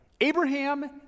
Abraham